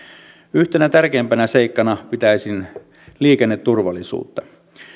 yhtenä tärkeimmistä seikoista pitäisin liikenneturvallisuutta